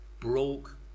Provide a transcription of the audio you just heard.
broke